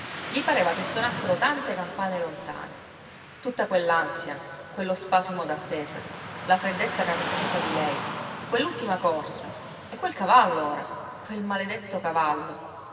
gli pareva che sonassero tante campane lontane tutta quell'ansia quello spasimo d'attesa la freddezza capricciosa di lei quell'ultima corsa e quel cavallo ora quel maledetto cavallo